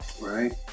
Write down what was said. right